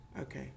okay